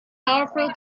powerful